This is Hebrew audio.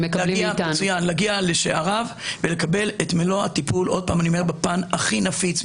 ניתן להגיע לשערי בית החולים ולקבל את מלוא הטיפול בפן הכי נפיץ,